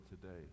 today